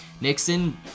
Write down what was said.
Nixon